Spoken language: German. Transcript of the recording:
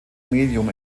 medium